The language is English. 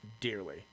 dearly